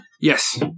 Yes